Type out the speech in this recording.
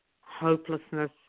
hopelessness